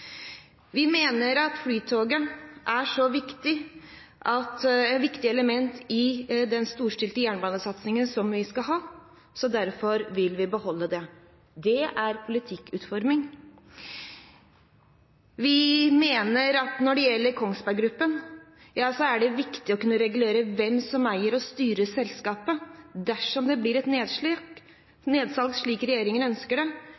Vi mener at Flytoget er et viktig element i den storstilte jernbanesatsingen som vi skal ha. Derfor vil vi beholde det. Det er politikkutforming. Vi mener at når det gjelder Kongsberg Gruppen, er det viktig å kunne regulere hvem som eier og styrer selskapet dersom det blir et nedsalg, som regjeringen ønsker. Det